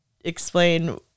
explain